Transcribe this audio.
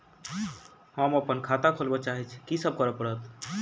हम अप्पन खाता खोलब चाहै छी की सब करऽ पड़त?